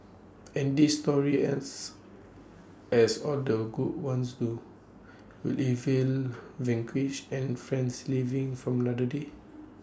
and this story ends as all the good ones do with evil vanquished and friends living for another day